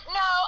no